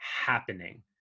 happening